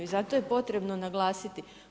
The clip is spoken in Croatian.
I zato je potrebno naglasiti.